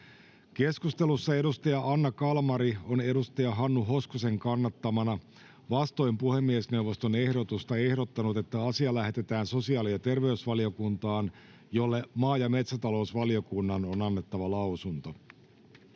Keskustelussa edustaja Anne Kalmari on edustaja Hannu Hoskosen kannattamana vastoin puhemiesneuvoston ehdotusta ehdottanut, että asia lähetetään sosiaali- ja terveysvaliokuntaan, jolle maa- ja metsätalousvaliokunnan on annettava lausunto.